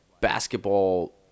basketball